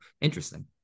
interesting